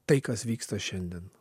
tai kas vyksta šiandien